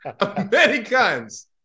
Americans